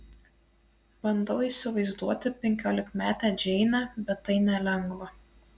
bandau įsivaizduoti penkiolikmetę džeinę bet tai nelengva